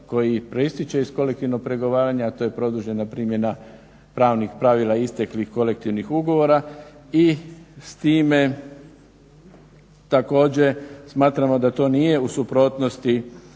koji proističe iz kolektivnog pregovaranja, a to je produžena primjena pravnih pravila isteklih kolektivnih ugovora. I s time također smatramo da to nije u suprotnosti